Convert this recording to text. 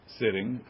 sitting